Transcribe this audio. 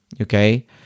okay